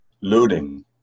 Looting